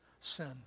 sin